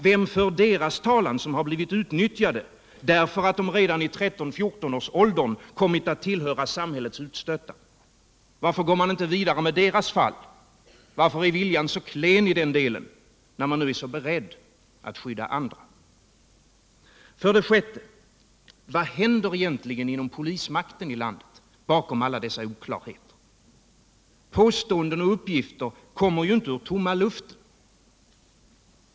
Vem för deras talan, som blivit utnyttjade, därför att de redan i 13-14-årsåldern kommit att tillhöra samhällets utstötta? Varför går man inte vidare med deras fall? Varför är viljan så klen i den delen, när man nu är så beredd att skydda andra? För det femte: Vad händer egentligen inom polismakten i landet, bakom alla dessa oklarheter? Påståenden och uppgifter kommer inte ur tomma luften.